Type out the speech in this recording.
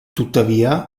tuttavia